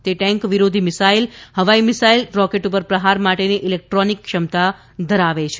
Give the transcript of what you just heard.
તે ટેન્ક વિરોધી મિસાઇલ હવાઇ મિસાઇલ રોકેટ પર પ્રહાર માટેની ઇલેકટ્રોનિક ક્ષમતા ધરાવે છે